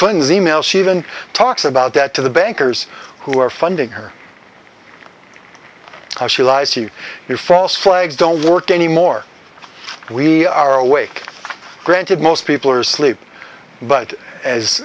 clinton's e mail she even talks about that to the bankers who are funding her house she lies you your false flags don't work anymore we are awake granted most people are sleep but as